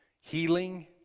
healing